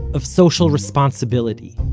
of social responsibility.